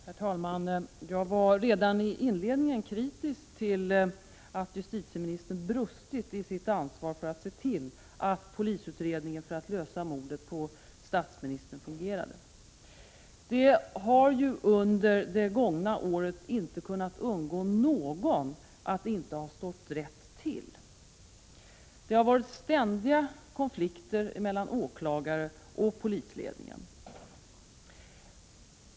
Herr talman! Jag var redan i inledningen kritisk och anser att justitieministern har brustit i sitt ansvar för att se till att polisutredningen för att lösa mordet på statsministern fungerade. Det har ju under det gångna året inte undgått någon att det inte har stått rätt till. Det har varit ständiga konflikter 23 mellan åklagare och polisledningen.